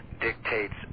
dictates